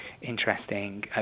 interesting